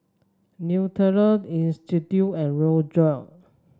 Nutella Istudio and Rejoice